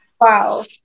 Wow